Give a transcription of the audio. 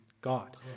God